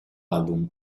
album